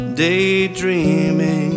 daydreaming